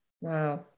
Wow